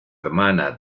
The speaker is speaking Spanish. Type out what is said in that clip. hermana